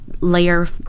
layer